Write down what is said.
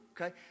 Okay